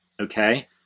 okay